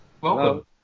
Welcome